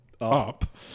up